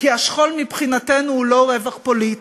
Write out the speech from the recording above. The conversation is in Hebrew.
כי השכול מבחינתנו הוא לא רווח פוליטי.